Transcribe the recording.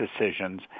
decisions